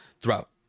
throughout